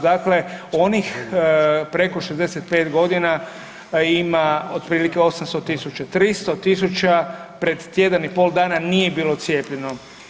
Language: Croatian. Dakle, onih preko 65 godina ima otprilike 800.000, 300.000 pred tjedan i pol dana nije bilo cijepljeno.